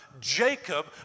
Jacob